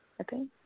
Okay